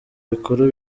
bikuru